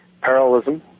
parallelism